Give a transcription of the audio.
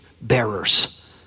bearers